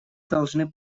должны